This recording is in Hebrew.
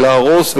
להרוס,